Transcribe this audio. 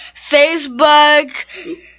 Facebook